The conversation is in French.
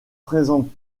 présente